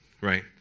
right